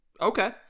Okay